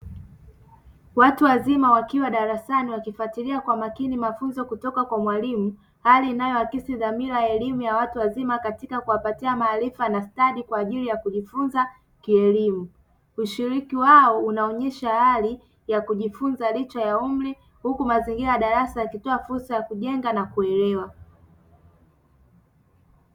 Watu wazima wakiwa darasani wakifuatilia kwa makini mafunzo kutoka kwa mwalimu, hali inayoakisi dhamira ya elimu ya watu wazima katika kuwapatia maarifa na stadi kwa ajili ya kujifunza kielimu. Ushiriki wao unaonyesha hali ya kujifunza licha ya umri huku mazingira ya darasa yakitoa fursa ya kujenga na kuelewa.